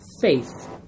faith